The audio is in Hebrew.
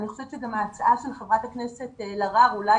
אני חושבת ששווה לבחון את ההצעה של חברת הכנסת אלהרר ואולי